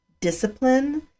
discipline